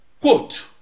quote